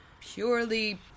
purely